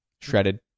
shredded